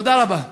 תודה רבה.